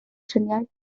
triniaeth